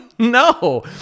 No